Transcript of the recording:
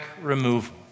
removal